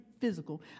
physical